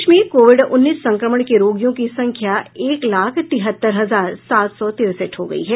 देश में कोविड उन्नीस संक्रमण के रोगियों की संख्या एक लाख तिहत्तर हजार सात सौ तरेसठ हो गई है